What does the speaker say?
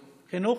חינוך.